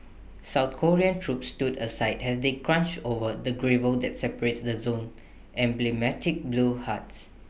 south Korean troops stood aside as they crunched over the gravel that separates the zone's emblematic blue huts